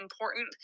important